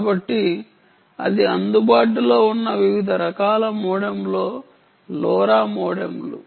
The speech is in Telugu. కాబట్టి అది అందుబాటులో ఉన్న వివిధ రకాల మోడెములు లోరా మోడెములు